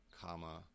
comma